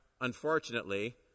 unfortunately